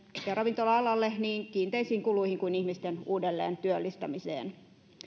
ja ravintola alalle niin kiinteisiin kuluihin kuin ihmisten uudelleentyöllistämiseen